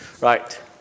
Right